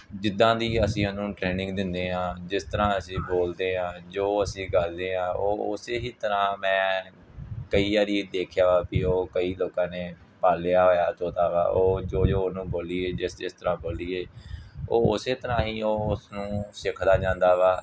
ਜਿੱਦਾਂ ਦੀ ਅਸੀਂ ਉਹਨੂੰ ਟ੍ਰੇਨਿੰਗ ਦਿੰਦੇ ਹਾਂ ਜਿਸ ਤਰ੍ਹਾਂ ਅਸੀਂ ਬੋਲਦੇ ਹਾਂ ਜੋ ਅਸੀਂ ਕਰਦੇ ਹਾਂ ਉਹ ਉਸ ਹੀ ਤਰ੍ਹਾਂ ਮੈਂ ਕਈ ਵਾਰੀ ਦੇਖਿਆ ਵਾ ਵੀ ਉਹ ਕਈ ਲੋਕਾਂ ਨੇ ਪਾਲਿਆ ਹੋਇਆ ਤੋਤਾ ਵਾ ਉਹ ਜੋ ਜੋ ਉਹਨੂੰ ਬੋਲੀਏ ਜਿਸ ਜਿਸ ਤਰ੍ਹਾਂ ਬੋਲੀਏ ਉਹ ਉਸ ਤਰ੍ਹਾਂ ਹੀ ਉਹ ਉਸਨੂੰ ਸਿੱਖਦਾ ਜਾਂਦਾ ਵਾ